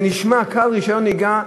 זה נשמע קל, רישיון נהיגה,